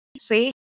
See